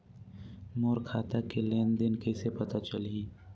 मोर खाता के लेन देन कइसे पता चलही?